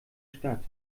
stadt